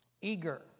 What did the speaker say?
eager